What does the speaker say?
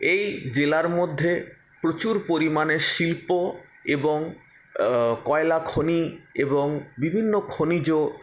এই জেলার মধ্যে প্রচুর পরিমাণে শিল্প এবং কয়লাখনি এবং বিভিন্ন খনিজ